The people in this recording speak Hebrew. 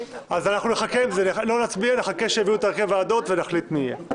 נחכה שיביאו את הרכב הוועדות ונחליט מי יהיה.